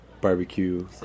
barbecue